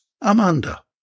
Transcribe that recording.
Amanda